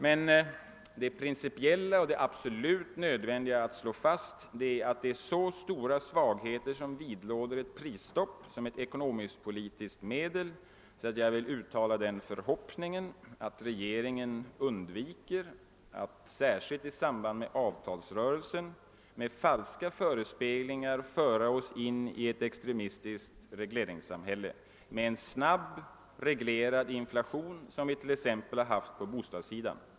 Men det principiella och det absolut nödvändiga att slå fast är att det är så stora svagheter som vidlåder ett prisstopp såsom ekonomisktpolitiskt medel att jag vill uttala förhoppningen att regeringen undviker att, särskilt i samband med avtalsrörelsen, med falska förespeglingar föra oss in i ett extremistiskt regleringssamhälle med en snabb, reglerad inflation såsom vi har haft t.ex. på bostadssidan.